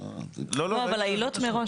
אבל העילות מראש,